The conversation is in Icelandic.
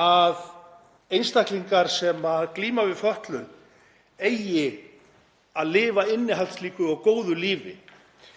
að einstaklingar sem glíma við fötlun eigi að lifa innihaldsríku og góðu lífi.